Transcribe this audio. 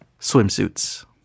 swimsuits